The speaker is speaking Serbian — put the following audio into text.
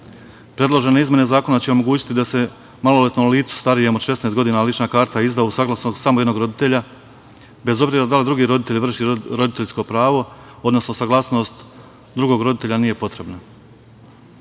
Predložene izmene zakona će omogućiti da se maloletnom licu starijem od 16 godina lična karta izda uz saglasnost samo jednog roditelja, bez obzira da li drugi roditelj vrši roditeljsko pravo, odnosno saglasnost drugog roditelja nije potrebna.U